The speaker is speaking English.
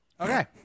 Okay